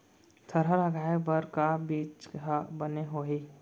थरहा लगाए बर का बीज हा बने होही?